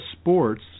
Sports